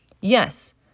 yes